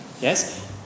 Yes